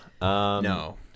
no